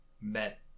met